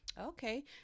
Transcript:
Okay